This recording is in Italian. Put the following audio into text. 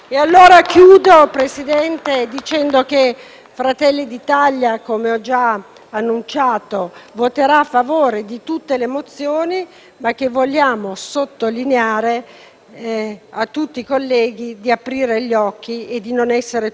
Fratelli d'Italia voterà a favore di tutte le mozioni, ma vogliamo sottolineare a tutti i colleghi di aprire gli occhi e non essere troppo politicamente corretti.